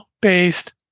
based